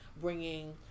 bringing